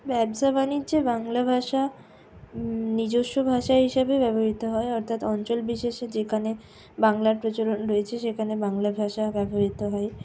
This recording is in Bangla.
ব্যবসা বাণিজ্যে বাংলা ভাষা নিজস্ব ভাষা হিসাবে ব্যবহৃত হয় অর্থাৎ অঞ্চল বিশেষে যেখানে বাংলার প্রচলন রয়েছে সেখানে বাংলা ভাষা ব্যবহৃত হয়